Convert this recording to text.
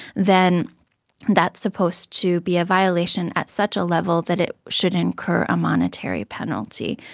then that's supposed to be a violation at such a level that it should incur a monetary penalty.